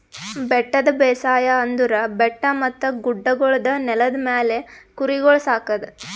ಬೆಟ್ಟದ ಬೇಸಾಯ ಅಂದುರ್ ಬೆಟ್ಟ ಮತ್ತ ಗುಡ್ಡಗೊಳ್ದ ನೆಲದ ಮ್ಯಾಲ್ ಕುರಿಗೊಳ್ ಸಾಕದ್